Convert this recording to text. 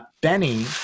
Benny